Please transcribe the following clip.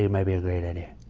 it might be a great idea.